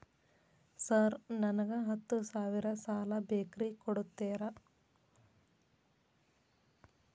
Sir ನನಗ ಹತ್ತು ಸಾವಿರ ಸಾಲ ಬೇಕ್ರಿ ಕೊಡುತ್ತೇರಾ?